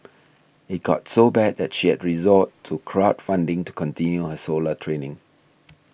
it got so bad that she had to resort to crowd funding to continue her solo training